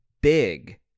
big